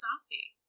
saucy